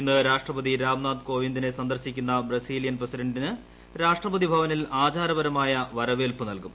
ഇന്ന് രാഷ്ട്രപതി രാംനാഥ് കോവിന്ദിനെ സന്ദർശിക്കുന്ന ബ്രസീലിയൻ പ്രസിഡന്റിന് രാഷ്ട്രപതി ഭവനിൽ ആചാരപരമായ വരവേൽപ്പ് നൽകും